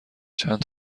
چند